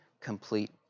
complete